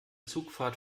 zugfahrt